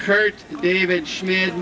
kurt david schmid